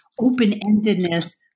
open-endedness